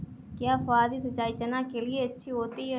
क्या फुहारी सिंचाई चना के लिए अच्छी होती है?